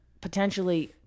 potentially